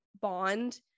Bond